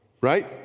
Right